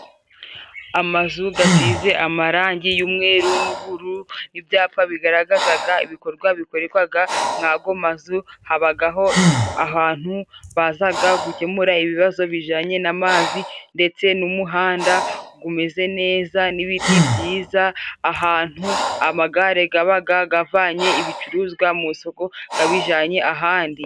Amazu gasize amarangi y'umweru n'ubururu ibyapa bigaragazaga ibikorwa bikorerwaga mwago mazu habagaho ahantu bazaga gukemura ibibazo bijanye n'amazi ndetse n'umuhanda gumeze neza n'ibiti byiza ahantu amagare gababaga gavanye ibicuruzwa mu isoko gabijananye ahandi.